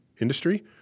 industry